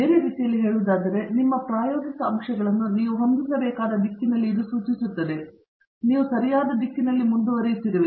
ಬೇರೆ ರೀತಿಯಲ್ಲಿ ಹೇಳುವುದಾದರೆ ನಿಮ್ಮ ಪ್ರಾಯೋಗಿಕ ಅಂಶಗಳನ್ನು ನೀವು ಹೊಂದಿಸಬೇಕಾದ ದಿಕ್ಕಿನಲ್ಲಿ ಇದು ಸೂಚಿಸುತ್ತದೆ ಆದ್ದರಿಂದ ನೀವು ಸರಿಯಾಗಿ ಸರಿಯಾದ ದಿಕ್ಕಿನಲ್ಲಿ ಮುಂದುವರಿಯುತ್ತಿರುವಿರಿ